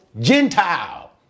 Gentile